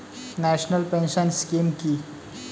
National pension scheme কি?